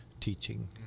teaching